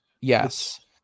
Yes